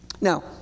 Now—